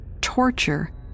torture